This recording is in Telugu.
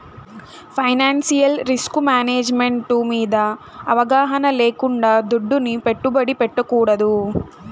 ఫైనాన్సియల్ రిస్కుమేనేజ్ మెంటు మింద అవగాహన లేకుండా దుడ్డుని పెట్టుబడి పెట్టకూడదు